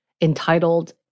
entitled